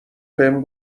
بهم